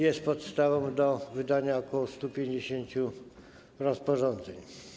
Jest podstawą do wydania ok. 150 rozporządzeń.